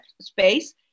space